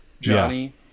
Johnny